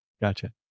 Gotcha